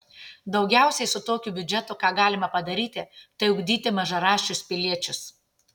daugiausiai su tokiu biudžetu ką galima padaryti tai ugdyti mažaraščius piliečius